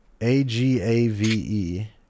A-G-A-V-E